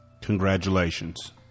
congratulations